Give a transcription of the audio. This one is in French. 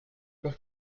peur